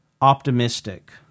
optimistic